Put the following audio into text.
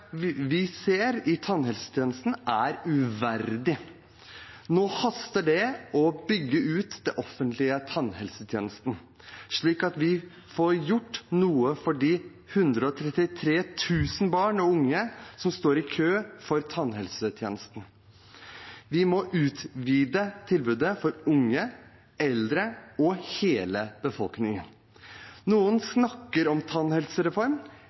vi ser i tannhelsetjenesten, er uverdig. Nå haster det å bygge ut den offentlige tannhelsetjenesten, slik at vi får gjort noe for de 133 000 barn og unge som står i kø i tannhelsetjenesten. Vi må utvide tilbudet til unge, eldre og hele befolkningen. Noen snakker om tannhelsereform,